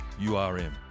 URM